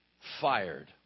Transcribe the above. fired